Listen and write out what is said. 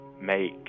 make